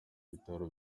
bitaro